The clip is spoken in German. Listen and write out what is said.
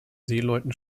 seeleuten